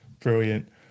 Brilliant